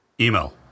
Email